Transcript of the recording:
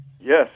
Yes